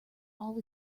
all